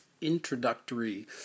introductory